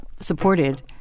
supported